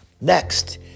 Next